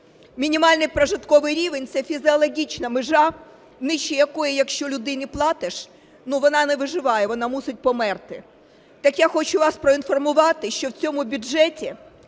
Мінімальний прожитковий рівень – це фізіологічна межа, нижче якої якщо людині платиш, ну, вона не виживає, вона мусить померти. Так я хочу вас проінформувати, що в цьому бюджеті